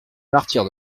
martyrs